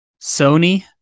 Sony